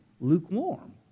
lukewarm